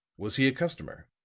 was he a customer?